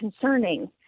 concerning